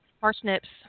parsnips